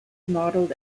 modeled